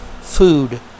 food